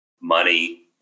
money